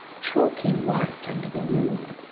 chalky white under the moon,